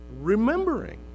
remembering